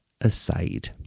aside